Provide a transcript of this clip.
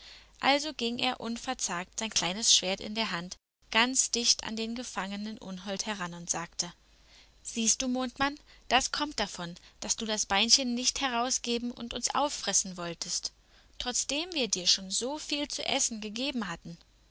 also ging er unverzagt sein kleines schwert in der hand ganz dicht an den gefangenen unhold heran und sagte siehst du mondmann das kommt davon daß du das beinchen nicht herausgeben und uns auffressen wolltest trotzdem wir dir schon so viel zu essen gegeben hatten